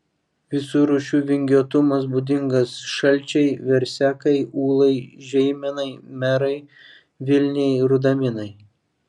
visų rūšių vingiuotumas būdingas šalčiai versekai ūlai žeimenai merai vilniai rudaminai